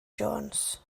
jones